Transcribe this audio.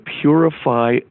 purify